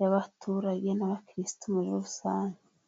y'abaturage n'abakirisitu muri rusange.